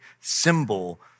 symbol